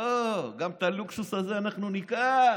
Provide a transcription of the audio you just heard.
לא, גם את הלוקסוס הזה אנחנו ניקח.